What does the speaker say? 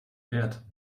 wert